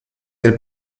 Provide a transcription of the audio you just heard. del